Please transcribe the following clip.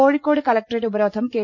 Kozhikode collectorate ഉപരോധം K